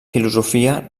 filosofia